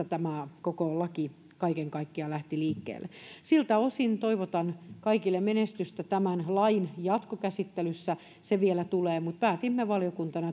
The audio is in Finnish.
tämä koko laki kaiken kaikkiaan lähtivät liikkeelle siltä osin toivotan kaikille menestystä tämän lain jatkokäsittelyssä kun se vielä tulee päätimme valiokuntana